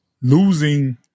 losing